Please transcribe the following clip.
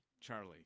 Charlie